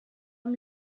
amb